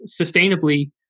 sustainably